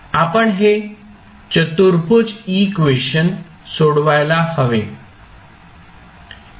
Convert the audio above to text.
आपण हे चतुर्भुज इक्वेशन सोडवायला हवे